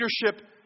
leadership